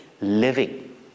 Living